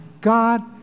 God